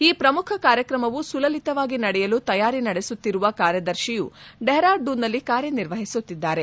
ಈ ಪ್ರಮುಖ ಕಾರ್ಯಕ್ರಮವು ಸುಲಲಿತವಾಗಿ ನಡೆಯಲು ತಯಾರಿ ನಡೆಸುತ್ತಿರುವ ಕಾರ್ಯದರ್ಶಿಯು ಡೆಹರಾಡೂನ್ನಲ್ಲಿ ಕಾರ್ಯನಿರ್ವಹಿಸುತ್ತಿದ್ದಾರೆ